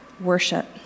worship